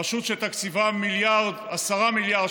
רשות שתקציבה 10 מיליארד,